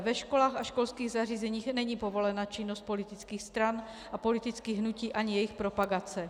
Ve školách a školských zařízeních není povolena činnost politických stran a politických hnutí ani jejich propagace.